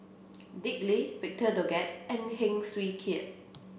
Dick Lee Victor Doggett and Heng Swee Keat